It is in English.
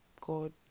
god